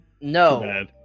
No